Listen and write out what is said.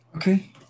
Okay